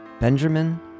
Benjamin